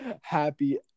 happy